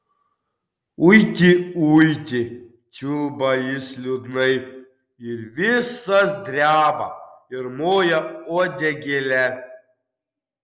uiti uiti čiulba jis liūdnai ir visas dreba ir moja uodegėle